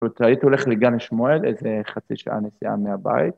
‫זאת אומרת, הייתי הולך לגן שמואל, ‫איזה חצי שעה נסיעה מהבית.